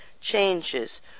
changes